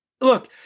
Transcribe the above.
look